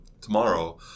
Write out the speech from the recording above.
tomorrow